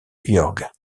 jorge